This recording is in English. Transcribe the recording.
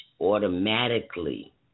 automatically